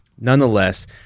Nonetheless